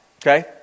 Okay